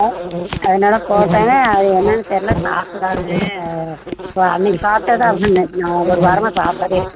ஆ அதனால போட்டாங்க அது என்னென்னு தெரியல சாப்பிடாது அன்றை சாப்பிட்டா தான் அப்படின் ஒரு வாரமாக சாப்பிடாதே இருக்குது